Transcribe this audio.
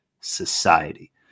society